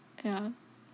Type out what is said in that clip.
ya